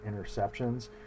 interceptions